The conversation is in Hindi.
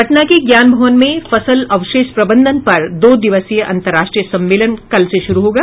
पटना के ज्ञान भवन में फसल अवशेष प्रबंधन पर दो दिवसीय अंतर्राष्ट्रीय सम्मेलन कल से शुरू होगा